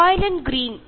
Soylent green